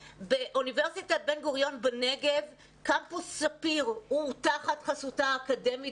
באוניברסיטת בן גוריון בנגב קמפוס ספיר הוא תחת חסותה האקדמית